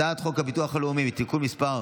הצעת חוק הביטוח הלאומי (תיקון מס'